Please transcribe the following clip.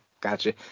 Gotcha